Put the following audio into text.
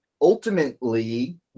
Ultimately